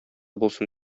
булсын